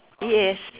yes